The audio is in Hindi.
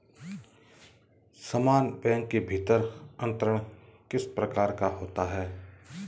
समान बैंक के भीतर अंतरण किस प्रकार का होता है?